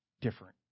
different